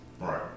Right